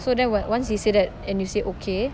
so then when once he say that and you say okay